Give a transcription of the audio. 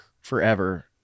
forever